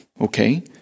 okay